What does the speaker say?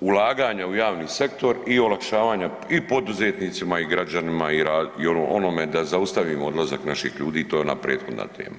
ulaganja u javni sektor i olakšavanja i poduzetnicima i građanima i onome da zaustavimo odlazak naših ljudi, to je ona prethodna tema.